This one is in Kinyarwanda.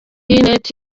net